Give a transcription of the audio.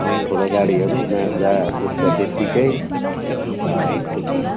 अँ ठुलो गाडीहरू माज्दा कुद्छ त्यतिकै अँ ठु